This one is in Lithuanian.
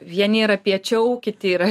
vieni yra piečiau kiti yra